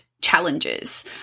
challenges